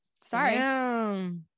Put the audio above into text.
Sorry